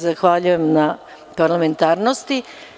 Zahvaljujem na parlamentarnosti.